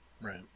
Right